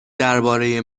درباره